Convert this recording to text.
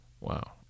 Wow